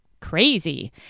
crazy